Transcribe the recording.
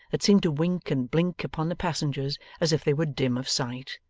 that seemed to wink and blink upon the passengers as if they were dim of sight.